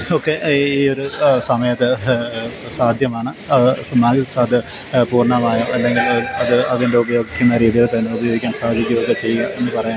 ഒക്കെ ഈ ഒരു സമയത്ത് സാധ്യമാണ് അത് പൂർണ്ണമായ അല്ലെങ്കിൽ ഒരു അത് അതിൻ്റെ ഉപയോഗിക്കുന്ന രീതിയിൽ തന്നെ ഉപയോഗിക്കാൻ സാധിക്കുകയോ ഒക്കെ ചെയ്യും എന്ന് പറയാൻ